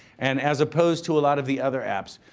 and, as opposed to a lot of the other apps,